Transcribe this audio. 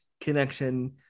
connection